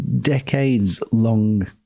Decades-long